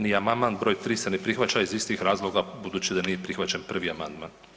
Ni amandman br. 3 se ne prihvaća iz istih razloga budući da nije prihvaćen 1. amandman.